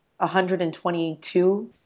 122